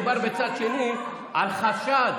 וכשמדובר בצד שני, על חשד,